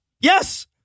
yes